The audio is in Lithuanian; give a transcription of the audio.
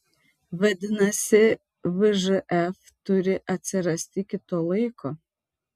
vadinasi vžf turi atsirasti iki to laiko